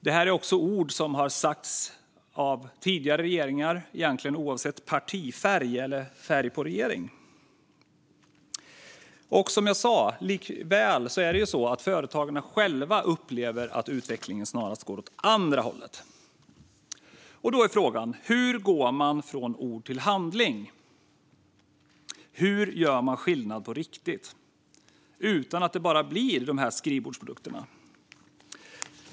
Det här är också ord som har sagts av tidigare regeringar, egentligen oavsett färg. Likväl upplever företagen själva som sagt att utvecklingen snarast går åt andra hållet. Då är frågan hur man går från ord till handling. Hur gör man skillnad på riktigt, så att det blir mer än de här skrivbordsprodukterna?